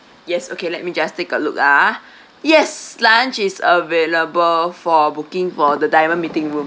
yes okay let me just take a look ah yes lunch is available for booking for the diamond meeting room